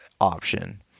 option